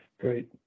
great